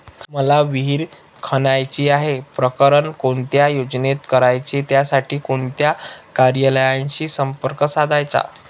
मला विहिर खणायची आहे, प्रकरण कोणत्या योजनेत करायचे त्यासाठी कोणत्या कार्यालयाशी संपर्क साधायचा?